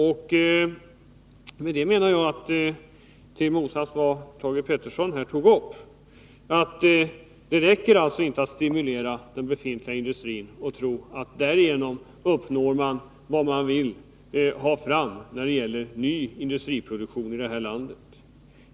Jag anser, i motsats till vad Thage Peterson här sade, att det inte räcker att stimulera den befintliga industrin. Det är fel att tro att man därigenom får fram det man vill när det gäller ny industriproduktion i det här landet.